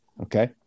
Okay